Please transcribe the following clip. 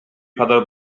kadar